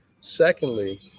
Secondly